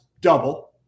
double